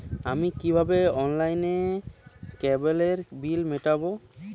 আমি কিভাবে অনলাইনে কেবলের বিল মেটাবো?